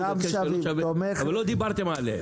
לא דיברתם עליהם.